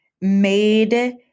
made